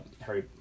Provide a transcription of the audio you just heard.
Harry